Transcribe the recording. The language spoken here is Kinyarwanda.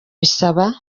bisaba